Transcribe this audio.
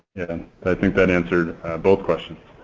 i think that answered both questions.